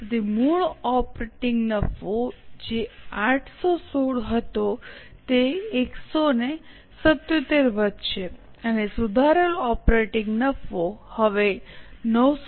તેથી મૂળ ઓપરેટીંગ નફો જે 816 હતો તે 177 વધશે અને સુધારેલ ઓપરેટીંગ નફો હવે 994